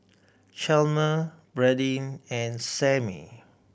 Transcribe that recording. Chalmer Brandyn and Sammie